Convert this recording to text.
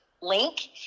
link